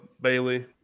Bailey